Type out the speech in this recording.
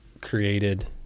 Created